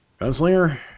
Gunslinger